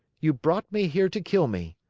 you brought me here to kill me.